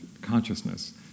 consciousness